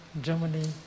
Germany